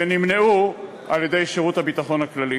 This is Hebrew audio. שנמנעו על-ידי שירות הביטחון הכללי,